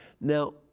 Now